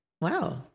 wow